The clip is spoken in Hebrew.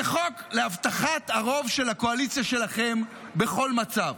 זה חוק להבטחת הרוב של הקואליציה שלכם בכל מצב.